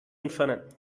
entfernen